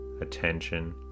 attention